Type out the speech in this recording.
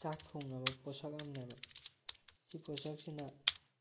ꯆꯥꯛ ꯊꯣꯡꯅꯕ ꯄꯣꯠꯁꯛ ꯑꯃꯅꯦꯕ ꯁꯤ ꯄꯣꯠꯁꯛꯁꯤꯅ